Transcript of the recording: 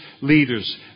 leaders